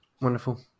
Wonderful